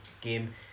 game